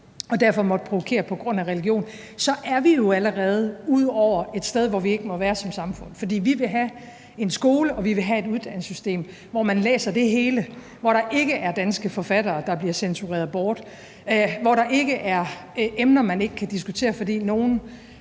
det derfor måtte provokere på grund af religion, så er vi jo allerede ude over et sted, hvor vi ikke må være som samfund. For vi vil have en skole og vi vil have et uddannelsessystem, hvor man læser det hele, og hvor der ikke er danske forfattere, der bliver censureret bort, hvor der ikke er emner, som man ikke kan diskutere, fordi nogle